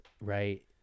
right